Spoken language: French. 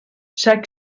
chaque